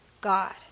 God